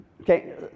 Okay